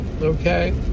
Okay